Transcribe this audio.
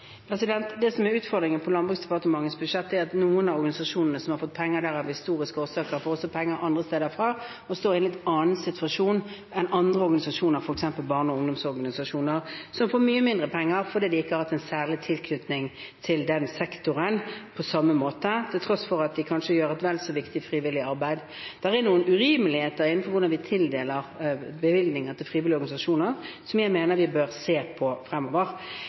Det som er utfordringen på Landbruks- og matdepartementets budsjett, er at noen av organisasjonene som har fått penger der av historiske årsaker, også får penger fra andre steder og står i en litt annen situasjon enn andre organisasjoner, f.eks. barne- og ungdomsorganisasjoner som får mye mindre penger fordi de ikke har hatt en særlig tilknytning til den sektoren på samme måte, til tross for at de kanskje gjør et vel så viktig frivillig arbeid. Det er noen urimeligheter når det gjelder hvordan vi tildeler bevilgninger til frivillige organisasjoner, som jeg mener vi bør se på fremover.